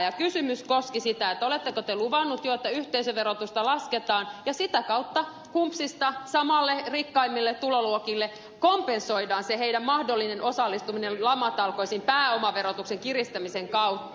ja kysymys koski sitä että oletteko te luvannut jo että yhteisöverotusta lasketaan ja sitä kautta humpsista samoille rikkaimmille tuloluokille kompensoidaan se heidän mahdollinen osallistumisensa lamatalkoisiin pääomaverotuksen kiristämisen kautta